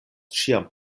ĉiam